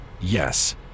Yes